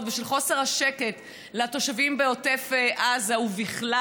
ושל חוסר השקט לתושבים בעוטף עזה ובכלל,